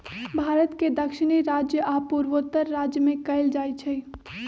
भारत के दक्षिणी राज्य आ पूर्वोत्तर राज्य में कएल जाइ छइ